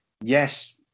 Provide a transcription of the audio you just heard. yes